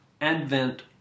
Advent